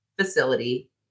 facility